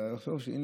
אלא לחשוב שהינה,